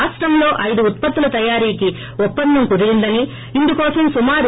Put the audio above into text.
రాష్టంలో ఐదు ఉత్పత్తుల తియారికి ఒప్పందం కుదిరిందని ఇందు కోసం సుమారు